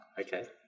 Okay